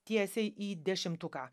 tiesiai į dešimtuką